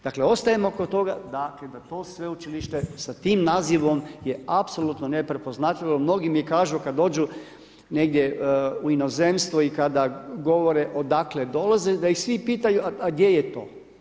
Dakle ostajemo kod toga da to sveučilište sa tim nazivom je apsolutno neprepoznatljivo, mnogi mi kažu kad dođu negdje u inozemstvo i kada govore odakle dolaze, da ih svi pitaju a gdje je to.